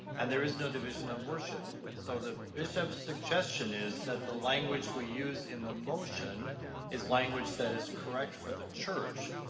and there is no division of worship and so the bishop's suggestion is that the language we use in the motion is language that is correct for the church.